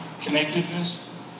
connectedness